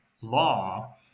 law